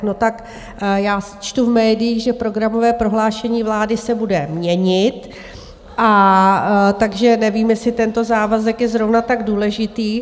No tak já čtu v médiích, že programové prohlášení vlády se bude měnit, takže nevím, jestli tento závazek je zrovna tak důležitý.